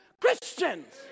christians